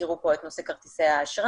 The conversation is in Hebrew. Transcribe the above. הזכירו פה את נושא כרטיסי האשראי.